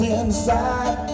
inside